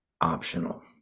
optional